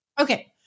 Okay